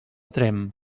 tremp